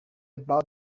about